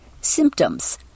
Symptoms